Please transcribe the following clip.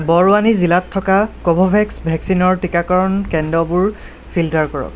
বৰুৱানী জিলাত থকা কোভোভেক্স ভেকচিনৰ টিকাকৰণ কেন্দ্ৰবোৰ ফিল্টাৰ কৰক